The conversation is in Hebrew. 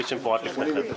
כפי שמפורט בפניכם.